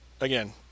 again